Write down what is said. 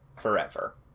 forever